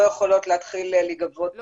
לא יכולות להתחיל להיגבות עמלות.